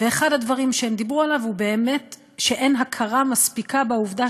ואחד הדברים שהם דיברו עליו זה שאין הכרה מספיקה בעובדה